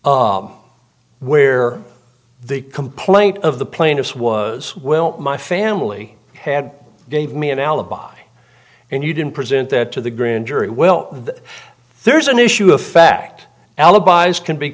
where the complaint of the plaintiffs was well my family had gave me an alibi and you didn't present that to the grand jury well that there's an issue of fact alibis can be